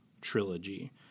trilogy